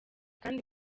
kandi